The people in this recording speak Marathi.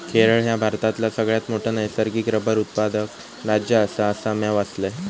केरळ ह्या भारतातला सगळ्यात मोठा नैसर्गिक रबर उत्पादक राज्य आसा, असा म्या वाचलंय